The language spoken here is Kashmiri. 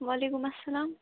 وعلیکُم اَسَلام